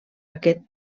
aquest